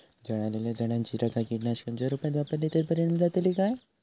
जळालेल्या झाडाची रखा कीटकनाशकांच्या रुपात वापरली तर परिणाम जातली काय?